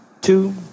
Two